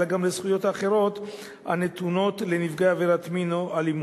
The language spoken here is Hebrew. אלא גם לזכויות האחרות הנתונות לנפגעי עבירת מין או אלימות.